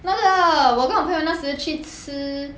那个我跟我朋友那时去吃